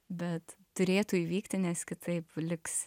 bet turėtų įvykti nes kitaip liks